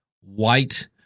white